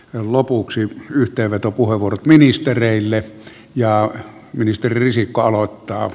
ja lopuksi yhteenveto kuvan word ministereille ja ministeri risikko aloittaa